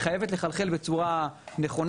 היא חייבת לחלחל בצורה נכונה,